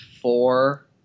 four